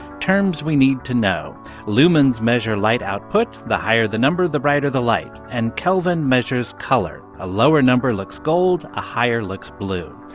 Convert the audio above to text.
terms we need to know lumens measure light output the higher the number, the brighter the light. and kelvin measures color a lower number looks gold, a higher looks blue.